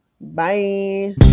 Bye